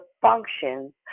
functions